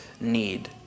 need